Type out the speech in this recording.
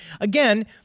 again